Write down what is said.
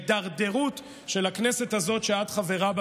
ההידרדרות של הכנסת הזאת שאת חברה בה,